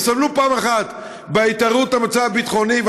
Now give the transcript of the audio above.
הם סבלו פעם אחת מהתערערות המצב הביטחוני,